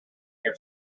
your